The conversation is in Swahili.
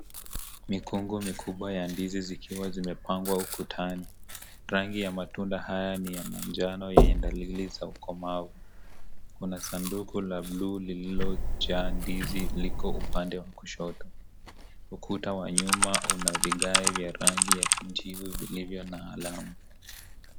Mikongo mikubwa ya ndizi, zikiwa zimepangwa ukutani. Rangi ya matunda haya ni ya manjano yenye dalili za ukomavu. Kuna sanduku la blue lililojaa ndizi. Liko upande wa kushoto. Ukuta wa nyuma, una vigae vya rangi ya kijivu vilivyo na alama.